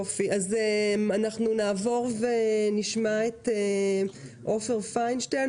נעבור ונשמע את עופר פיינשטיין,